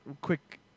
quick